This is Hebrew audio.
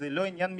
זה לא עניין מגזרי,